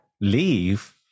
leave